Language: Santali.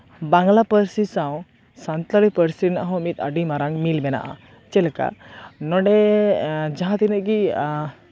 ᱵᱟᱝᱞᱟ ᱯᱟᱹᱨᱥᱤ ᱥᱟᱶ ᱥᱟᱱᱛᱟᱲᱤ ᱯᱟᱹᱨᱥᱤ ᱨᱮᱱᱟᱜ ᱦᱚᱸ ᱢᱤᱫ ᱟᱹᱰᱤ ᱢᱟᱨᱟᱝ ᱢᱤᱞ ᱢᱮᱱᱟᱜᱼᱟ ᱪᱮᱫ ᱞᱮᱠᱟ ᱱᱚᱸᱰᱮ ᱡᱟᱦᱟᱸ ᱛᱤᱱᱟᱹᱜ ᱜᱮ